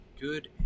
Good